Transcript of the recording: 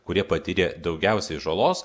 kurie patyrė daugiausiai žalos